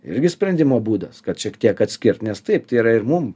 irgi sprendimo būdas kad šiek tiek atskirt nes taip tai yra ir mum